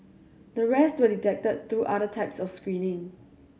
the rest were detected through other types of screening